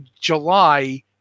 July